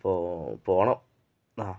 അപ്പോള് പോകണം ആ